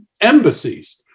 embassies